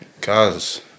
Cause